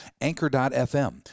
Anchor.fm